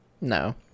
No